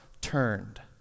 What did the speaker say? turned